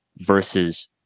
versus